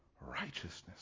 righteousness